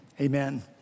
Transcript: amen